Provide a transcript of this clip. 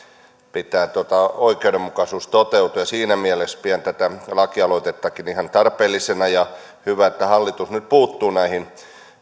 pitää oikeudenmukaisuuden toteutua siinä mielessä pidän tätä lakialoitettakin ihan tarpeellisena ja hyvä että hallitus nyt puuttuu näihin